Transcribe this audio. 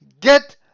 get